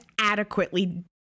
adequately